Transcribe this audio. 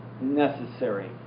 necessary